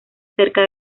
cerca